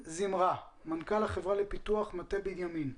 מנכ"ל החברה לפיתוח מטה בנימין,